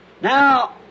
Now